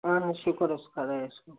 اَہَن حظ شُکُر حظ خدایَس کُن